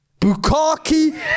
Bukaki